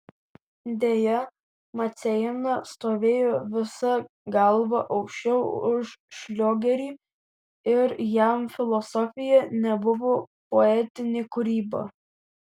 deja maceina stovėjo visa galva aukščiau už šliogerį ir jam filosofija nebuvo poetinė kūryba